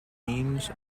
ames